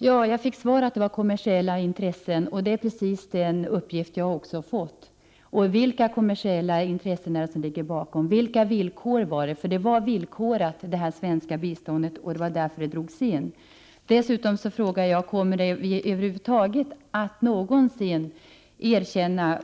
Herr talman! Jag fick svaret att det berodde på kommersiella intressen. Det är precis den uppgift jag har fått tidigare. Vilka kommersiella intressen är det som ligger bakom? Vilka villkor var det? Det svenska biståndet var villkorat, och det var därför det drogs in. Dessutom frågar jag: Kommer vi någonsin att erkänna